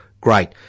Great